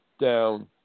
down